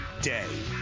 day